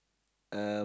um